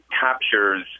captures